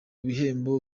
bihembo